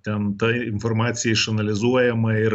ten ta informacija išanalizuojama ir